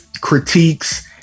critiques